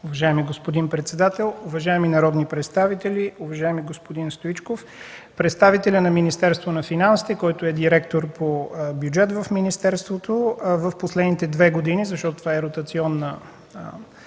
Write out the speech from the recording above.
Уважаеми господин председател, уважаеми народни представители! Уважаеми господин Стоичков, представителят на Министерството на финансите, който е директор по бюджет в министерството в последните две години, защото това е ротационна